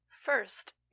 first